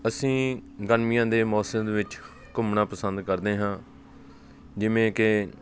ਅਸੀਂ ਗਰਮੀਆਂ ਦੇ ਮੌਸਮ ਦੇ ਵਿੱਚ ਘੁੰਮਣਾ ਪਸੰਦ ਕਰਦੇ ਹਾਂ ਜਿਵੇਂ ਕਿ